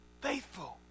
faithful